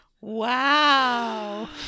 Wow